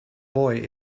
boy